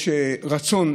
יש במשרד התחבורה רצון לייחד